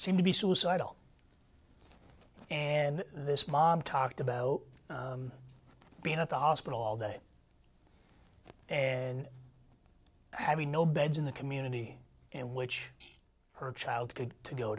seem to be suicidal and this mom talked about being at the hospital all day and having no beds in the community in which her child